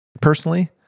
personally